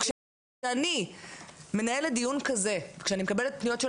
כשאני מנהלת דיון כזה כשאני מקבלת פניות של